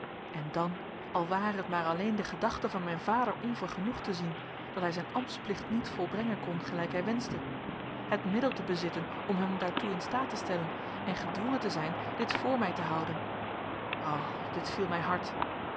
en dan al ware het maar alleen de gedachte van mijn vader onvergenoegd te zien dat hij zijn ambtsplicht niet volbrengen kon gelijk hij wenschte het middel te bezitten om hem daartoe in staat te stellen en gedwongen te zijn dit voor mij te houden o dit viel mij hard